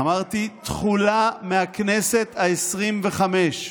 אמרתי שהתחולה מהכנסת העשרים-וחמש.